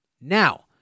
Now